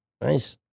Nice